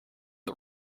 the